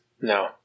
No